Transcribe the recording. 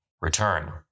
return